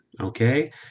okay